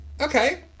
Okay